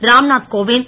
Ramnath Kovind